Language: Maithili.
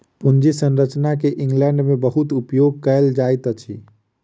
पूंजी संरचना के इंग्लैंड में बहुत उपयोग कएल जाइत अछि